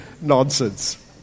Nonsense